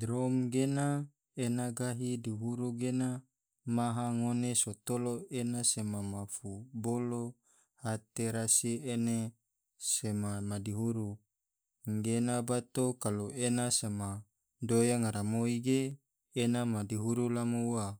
Drom gena ena gahi doburo gena maha ngone so tolo ena sema mafu bolo ate rasi ene sema ma dihuru gena bato kalo ena sema doya ngaramoi ge ena ma dihuru lamo ua,